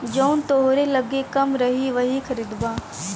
जवन तोहरे लग्गे कम रही वही खरीदबा